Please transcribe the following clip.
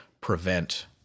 prevent